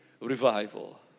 revival